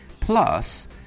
Plus